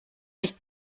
nicht